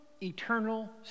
eternal